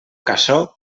cassó